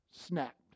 snapped